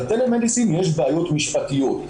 לטלמדיסין יש בעיות משפטיות,